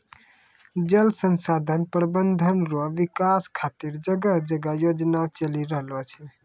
जल संसाधन प्रबंधन रो विकास खातीर जगह जगह योजना चलि रहलो छै